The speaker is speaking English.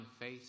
faith